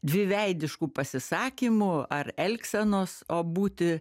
dviveidiškų pasisakymų ar elgsenos o būti